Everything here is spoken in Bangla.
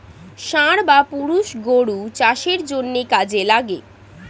ষাঁড় বা পুরুষ গরু চাষের জন্যে কাজে লাগে